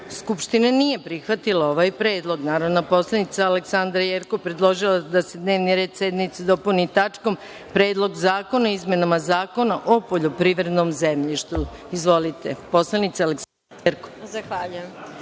Skupština nije prihvatila ovaj predlog. Narodna poslanica Aleksandra Jerkov predložila je da se dnevni red sednice dopuni tačkom – Predlog zakona o izmenama Zakona o poljoprivrednom zemljišu. Reč ima narodni poslanik Aleksandra Jerkov.